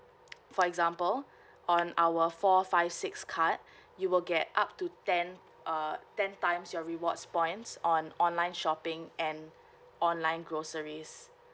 for example on our four five six card you will get up to ten uh ten times your rewards points on online shopping and online groceries